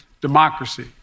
democracy